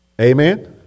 Amen